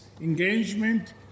engagement